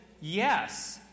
yes